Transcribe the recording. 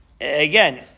again